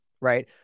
right